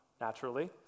naturally